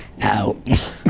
out